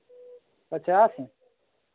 पचास